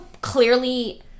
clearly